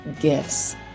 gifts